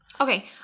Okay